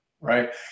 right